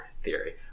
Theory